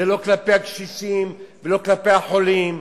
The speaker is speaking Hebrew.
זה לא כלפי הקשישים ולא כלפי החולים.